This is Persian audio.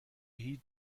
هیچ